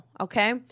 Okay